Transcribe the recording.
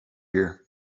here